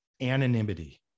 anonymity